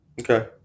Okay